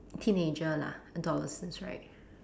teenager lah adolescence right